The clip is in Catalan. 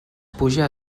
puja